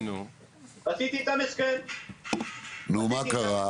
עשיתי איתם הסכם -- נו, מה קרה?